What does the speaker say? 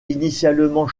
initialement